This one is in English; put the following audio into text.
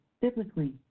biblically